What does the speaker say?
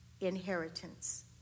inheritance